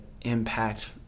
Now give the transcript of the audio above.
impact